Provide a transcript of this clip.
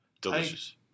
Delicious